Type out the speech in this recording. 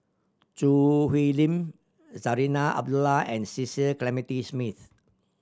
Choo Hwee Lim Zarinah Abdullah and Cecil Clementi Smith